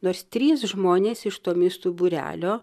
nors trys žmonės iš tomistų būrelio